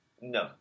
No